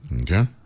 Okay